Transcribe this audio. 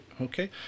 Okay